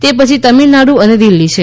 તે પછી તમિળનાડુ અને દિલ્ફી છે